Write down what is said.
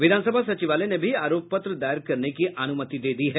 विधानसभा सचिवालय ने भी आरोप पत्र दायर करने की अनुमति दे दी है